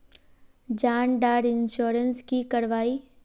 जान डार इंश्योरेंस की करवा ई?